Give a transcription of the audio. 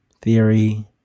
theory